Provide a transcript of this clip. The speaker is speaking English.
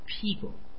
people